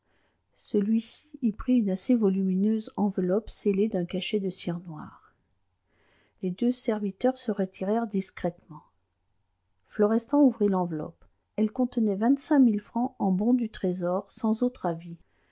celui-ci y prit une assez volumineuse enveloppe scellée d'un cachet de cire noire les deux serviteurs se retirèrent discrètement florestan ouvrit l'enveloppe elle contenait vingt-cinq mille francs en bons du trésor sans autre avis